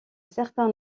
certain